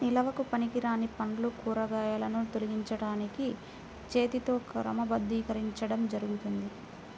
నిల్వకు పనికిరాని పండ్లు, కూరగాయలను తొలగించడానికి చేతితో క్రమబద్ధీకరించడం జరుగుతుంది